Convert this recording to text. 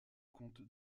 comte